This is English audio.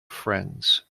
friends